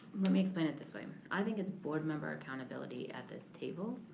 let me explain it this way. i think it's board member accountability at this table.